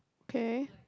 okay